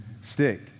stick